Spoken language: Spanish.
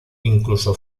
incluso